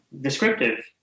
descriptive